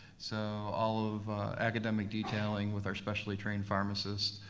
so all of academic detailing with our specially-trained pharmacists,